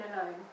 alone